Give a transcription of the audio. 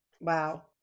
Wow